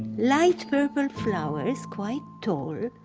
light purple flowers, quite tall,